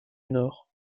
nord